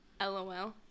lol